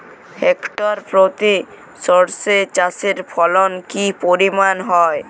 Hectare প্রতি সর্ষে চাষের ফলন কি পরিমাণ হয়?